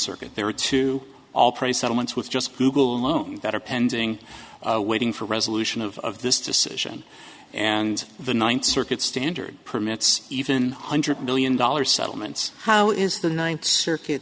circuit there are two all pretty settlements with just google alone that are pending waiting for a resolution of this decision and the ninth circuit standard permits even hundred million dollar settlements how is the ninth circuit